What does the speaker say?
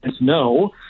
No